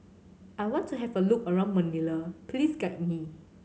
I want to have a look around Manila please guide me